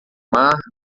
mar